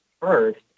first